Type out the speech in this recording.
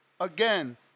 Again